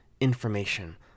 information